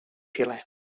xilè